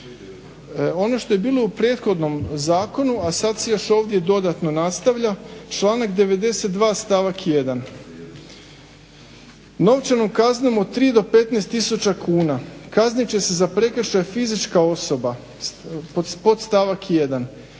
Ono što je bilo u prethodnom zakonu, a sad se još ovdje dodatno nastavlja, članak 92. stavak 1., novčanom kaznom od tri do petnaest tisuća kuna kaznit će se za prekršaj fizička osoba, podstavak